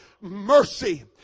Mercy